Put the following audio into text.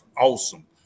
awesome